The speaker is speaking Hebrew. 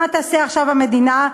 מה תעשה עכשיו המדינה?